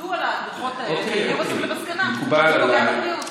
עבדו על הדוחות האלה והגיעו בסוף למסקנה שזה פוגע בבריאות.